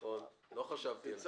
נכון, לא חשבתי על זה.